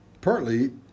partly